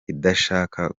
idashaka